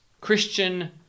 Christian